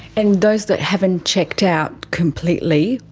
and those that haven't checked out completely?